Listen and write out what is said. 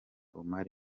omar